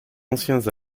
anciens